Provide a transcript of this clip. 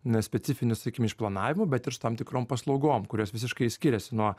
na specifiniu sakykim išplanavimu bet ir su tam tikrom paslaugom kurios visiškai skiriasi nuo